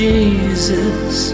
Jesus